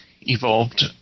evolved